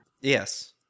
Yes